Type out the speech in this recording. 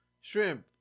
Shrimp